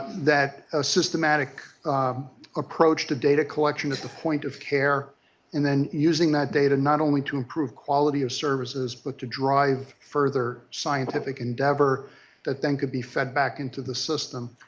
that a systematic approach to data collection at the point of care and then using that data not only to improve quality of services, but to drive further scientific endeavor that then could be fed back into the system.